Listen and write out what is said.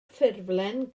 ffurflen